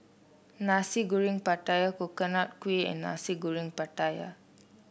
Nasi Goreng Pattaya Coconut Kuih and Nasi Goreng Pattaya